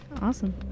Awesome